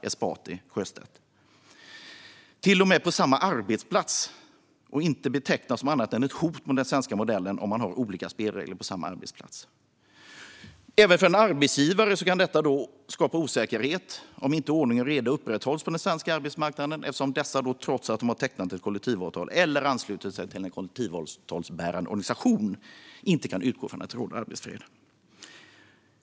Om man till och med har olika spelregler på samma arbetsplats kan det inte betecknas som annat än ett hot mot den svenska modellen. Även för en arbetsgivare kan det skapa osäkerhet om ordning och reda inte upprätthålls på den svenska arbetsmarknaden, eftersom dessa - trots att de har tecknat ett kollektivavtal eller anslutit sig till en kollektivavtalsbärande organisation - då inte kan utgå från att det råder arbetsfred.